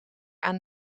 aan